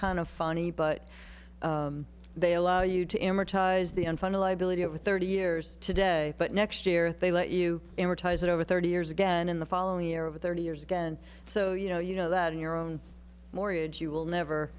kind of funny but they allow you to amortize the unfunded liability over thirty years today but next year they let you in retires over thirty years again in the following year of thirty years again so you know you know that in your own mortgage you will never